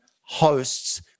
hosts